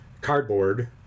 cardboard